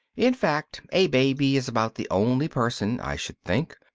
in fact, a baby is about the only person, i should think,